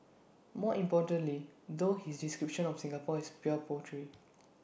more importantly though his description of Singapore is pure poetry